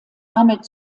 ahmet